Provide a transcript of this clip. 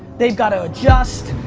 they've got to adjust,